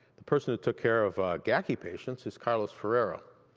the person who took care of gaci patients is carlos ferreira.